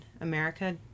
America